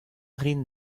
rin